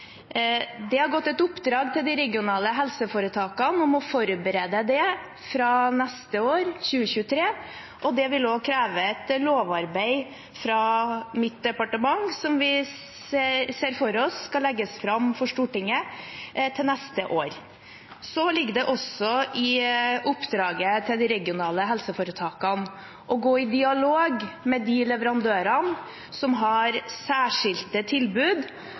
Det har gått et oppdrag til de regionale helseforetakene om å forberede det fra neste år – 2023 – og det vil kreve et lovarbeid fra mitt departementet som vi ser for oss skal legges fram for Stortinget til neste år. Det ligger også i oppdraget til de regionale helseforetakene å gå i dialog med de leverandørene som har særskilte tilbud,